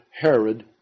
Herod